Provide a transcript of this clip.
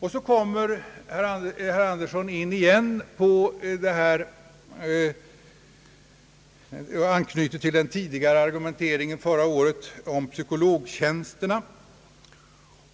Herr Birger Andersson anknyter till förra årets argumentering om psykologtjänsterna.